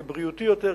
יהיה בריאותי יותר,